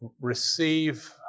receive